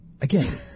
again